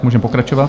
Můžeme pokračovat.